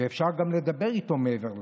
ואפשר גם לדבר איתו מעבר לדלת.